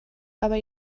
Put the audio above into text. aber